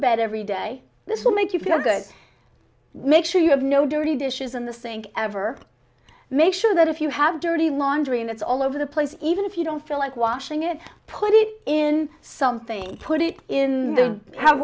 bed every day this will make you feel good make sure you have no dirty dishes in the sink ever make sure that if you have dirty laundry and it's all over the place even if you don't feel like washing it put it in something put it in the h